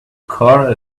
car